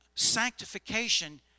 Sanctification